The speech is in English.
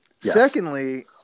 Secondly